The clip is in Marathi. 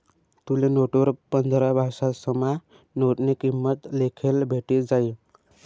तुले नोटवर पंधरा भाषासमा नोटनी किंमत लिखेल भेटी जायी